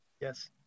Yes